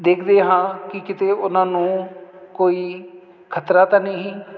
ਦੇਖਦੇ ਹਾਂ ਕਿ ਕਿਤੇ ਉਹਨਾਂ ਨੂੰ ਕੋਈ ਖਤਰਾ ਤਾਂ ਨਹੀਂ